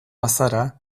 bazara